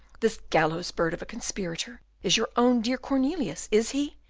this gallows-bird of a conspirator, is your own dear cornelius, is he?